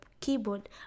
keyboard